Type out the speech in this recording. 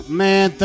man